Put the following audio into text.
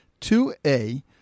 2A